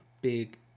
Big